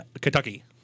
Kentucky